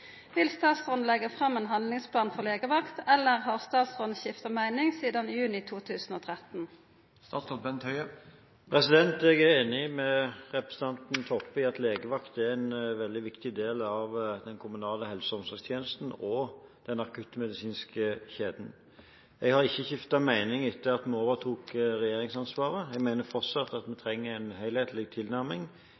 Vil statsråden leggje fram ein handlingsplan for legevakt, eller har statsråden skifta meining sidan juni 2013?» Jeg er enig med representanten Toppe i at legevakt er en veldig viktig del av den kommunale helse- og omsorgstjenesten og den akuttmedisinske kjeden. Jeg har ikke skiftet mening etter at vi overtok regjeringsansvaret. Jeg mener fortsatt at vi